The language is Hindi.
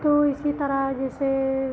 तो इसी तरह जैसे